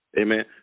amen